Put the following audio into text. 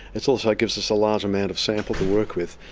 it also gives us a large amount of sample to work with.